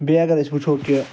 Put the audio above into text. بیٚیہِ اگر أسۍ وٕچھو کہ